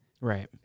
right